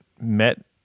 met